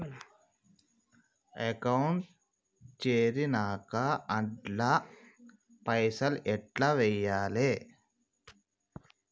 Account తెరిచినాక అండ్ల పైసల్ ఎట్ల వేయాలే?